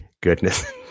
goodness